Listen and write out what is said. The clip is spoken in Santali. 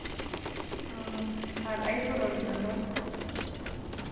ᱚ ᱦᱚᱸ ᱟᱨ ᱟᱭᱵᱨᱳ ᱨᱮᱱᱟᱜ ᱫᱚ